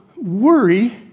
worry